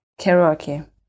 Karaoke